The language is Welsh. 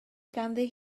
ganddi